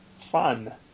Fun